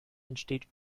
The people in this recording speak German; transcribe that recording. entsteht